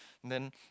then